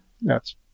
Yes